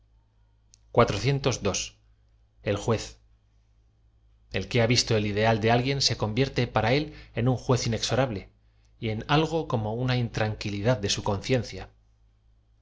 encontrarlas e l que ha visto el ideal de alguien se convierte para é l en un juez inexorable y en algo como la intran quilidad de su conciencia del